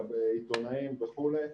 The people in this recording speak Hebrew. עיתונאים וכולי,